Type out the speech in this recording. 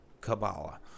Kabbalah